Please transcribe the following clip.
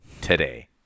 today